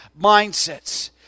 mindsets